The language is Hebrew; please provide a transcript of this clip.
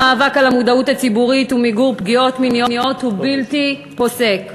המאבק על המודעות הציבורית ומיגור פגיעות מיניות הוא בלתי פוסק.